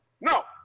No